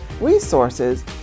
resources